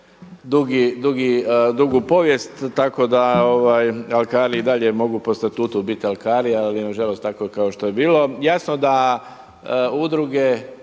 dugu povijest, tako da alkari i dalje mogu po statutu biti alkari, ali nažalost je tako kao što je bilo. Jasno da udruge